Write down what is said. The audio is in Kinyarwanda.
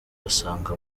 basanga